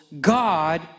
God